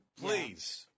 Please